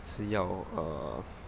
是要 err